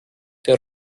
der